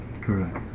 Correct